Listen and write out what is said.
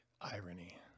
irony